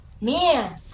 man